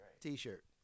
T-shirt